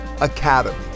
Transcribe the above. Academy